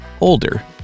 older